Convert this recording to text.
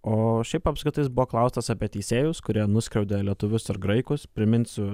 o šiaip apskritai jis buvo klaustas apie teisėjus kurie nuskriaudė lietuvius ir graikus priminsiu